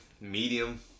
medium